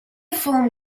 film